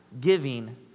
giving